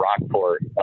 Rockport